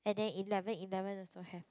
and then eleven eleven also have